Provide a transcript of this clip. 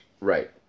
Right